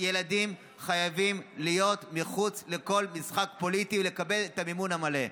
שילדים חייבים להיות מחוץ לכל משחק פוליטי ולקבל את המימון המלא.